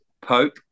Pope